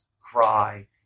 cry